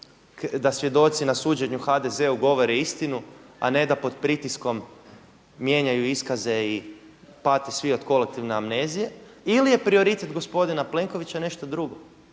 da svjedoci na suđenju HDZ-u govore istinu, a ne da pod pritiskom mijenjaju iskaze i pate svi od kolektivne amnezije ili je prioritet gospodina Plenkovića nešto drugo.